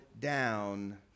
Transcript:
down